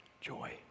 joy